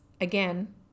again